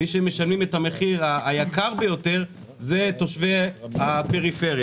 מי שמשלמים את המחיר היקר ביותר אלו תושבי הפריפריה.